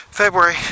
February